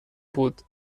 بود